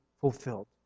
fulfilled